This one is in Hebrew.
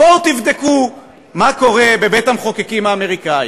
בואו תבדקו מה קורה בבית-המחוקקים האמריקני